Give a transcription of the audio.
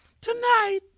tonight